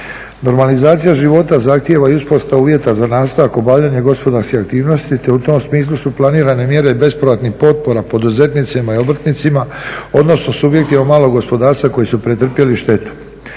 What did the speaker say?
Normalizacija života zahtjeva i uspostavu uvjeta za nastavak obavljanja gospodarske aktivnosti, te u tom smislu su planirane mjere bespovratnih potpora poduzetnicima i obrtnicima odnosno subjektima malog gospodarstva koji su pretrpjeli štete.